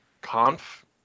Conf